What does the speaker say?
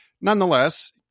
nonetheless